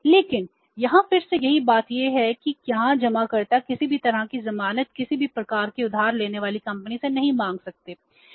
लेकिन यहाँ फिर से यहाँ बात यह है कि यहाँ जमाकर्ता किसी भी तरह की जमानत किसी भी प्रकार की उधार लेने वाली कंपनी से नहीं माँग सकता है